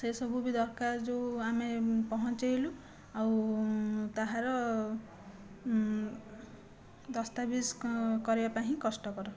ସେସବୁ ବି ଦରକାର ଯେଉଁ ଆମେ ପହଞ୍ଚାଇଲୁ ଆଉ ତାହାର ଦସ୍ତାବିଜ କରିବା ପାଇଁ ହିଁ କଷ୍ଟକର